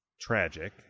tragic